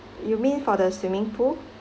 you mean for the swimming pool